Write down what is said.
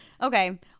Okay